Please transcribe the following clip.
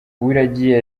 uwiragiye